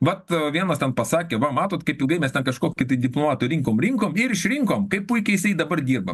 vat vienas ten pasakė va matot kaip ilgai mes ne kažkokį tai diplomatą rinkom rinkom ir išrinkome kaip puikiai jisai dabar dirba